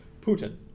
Putin